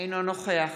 אינו נוכח